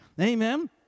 Amen